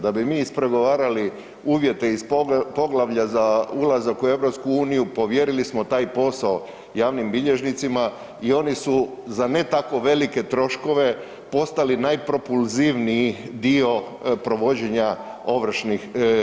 Da bi mi ispregovarali uvjete iz poglavalja za ulazak u EU povjerili smo taj posao javnim bilježnicima i oni su za ne tako velike troškove postali najpropulzivniji dio provođenja ovrha.